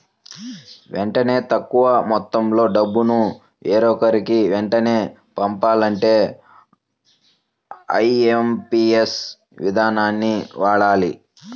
వెంటనే తక్కువ మొత్తంలో డబ్బును వేరొకరికి వెంటనే పంపాలంటే ఐఎమ్పీఎస్ ఇదానాన్ని వాడాలి